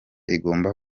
igomba